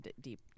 deep